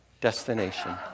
destination